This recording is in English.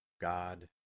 God